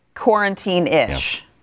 Quarantine-ish